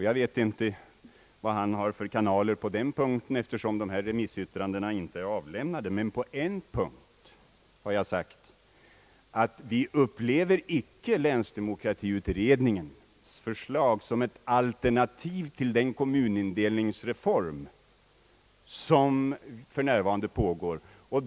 Jag vet inte vilka kanaler herr Dahlén har på den punkten — remissyttrandena är ju inte avlämnade — men jag har sagt att vi icke upplever länsdemokratiutredningens förslag som ett alternativ till den kommunindelningsreform som för närvarande pågår.